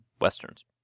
Westerns